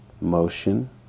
motion